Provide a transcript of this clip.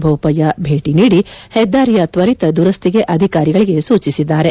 ಬೋಪಯ್ಯ ಭೇಟಿ ನೀಡಿ ಹೆದ್ದಾರಿಯ ತ್ವರಿತ ದುರಸ್ಥಿಗೆ ಅಧಿಕಾರಿಗಳಿಗೆ ಸೂಚಿಸಿದ್ದಾರೆ